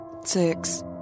Six